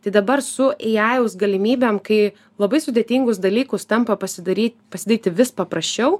tai dabar su ei ajaus galimybėm kai labai sudėtingus dalykus tampa pasidary pasidaryti vis paprasčiau